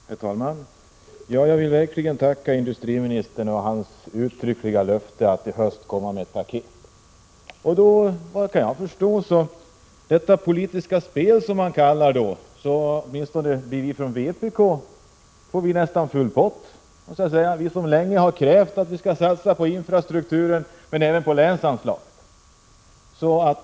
Herr talman! Jag vill verkligen tacka industriministern för hans uttryckliga löfte att i höst komma med ett paket. I detta politiska spel, som man kallar det, får efter vad jag kan förstå vi från vpk nästan full pott. Vi har ju länge krävt att man skall satsa på infrastrukturen men även på länsanslagen.